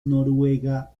noruega